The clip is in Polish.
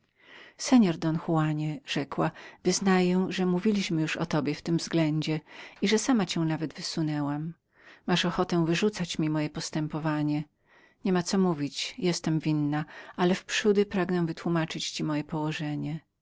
seor don juanie rzekła wyznaję że mówiliśmy już o tobie w tym względzie i że sama cię nawet przedstawiałam masz ochotę wyrzucać mi moje postępowanie niema co mówić jestem winną ale wprzódy pragnę wytłumaczyć ci moje położenie